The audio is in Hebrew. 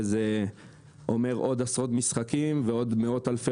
זה אומר עוד עשרות משחקים ועוד מאות אלפי